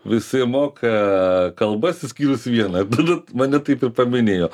visi moka kalbas išskyrus vieną mane taip ir paminėjo